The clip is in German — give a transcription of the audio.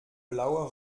blauer